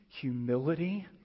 humility